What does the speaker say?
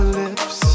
lips